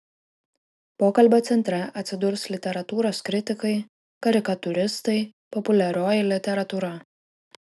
pokalbio centre atsidurs literatūros kritikai karikatūristai populiarioji literatūra